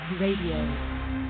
Radio